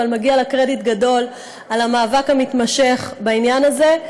אבל מגיע לה קרדיט גדול על המאבק המתמשך בעניין הזה,